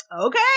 okay